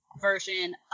version